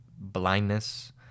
Blindness